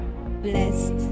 blessed